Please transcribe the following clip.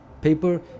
paper